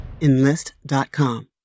Enlist.com